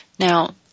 Now